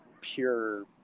pure